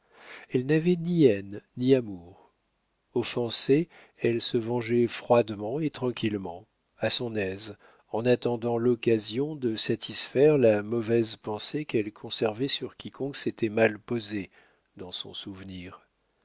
elle n'avait ni haine ni amour offensée elle se vengeait froidement et tranquillement à son aise en attendant l'occasion de satisfaire la mauvaise pensée qu'elle conservait sur quiconque s'était mal posé dans son souvenir